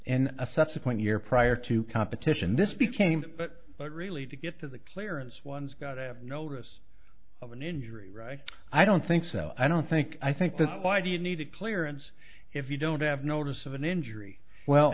and a subsequent year prior to competition this became but really to get to the clearance one's got a notice of an injury right i don't think so i don't think i think this why do you need a clearance if you don't have notice of an injury well